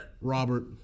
Robert